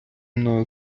мною